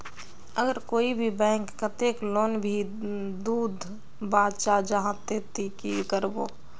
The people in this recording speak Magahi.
अगर कोई भी बैंक कतेक लोन नी दूध बा चाँ जाहा ते ती की करबो?